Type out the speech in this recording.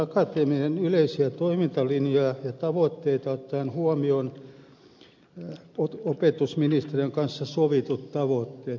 akatemian yleisiä toimintalinjoja ja tavoitteita ottaen huomioon opetusministeriön kanssa sovitut tavoitteet